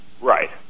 Right